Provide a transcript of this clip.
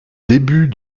début